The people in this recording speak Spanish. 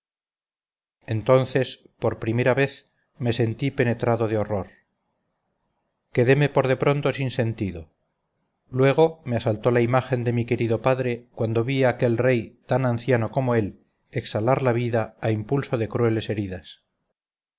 entonces por primera vez me sentí penetrado de horror quedeme por de pronto sin sentido luego me asaltó la imagen de mi querido padre cuando vi a aquel rey tan anciano como él exhalar la vida a impulso de crueles heridas